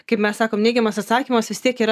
kaip mes sakom neigiamas atsakymas vis tiek yra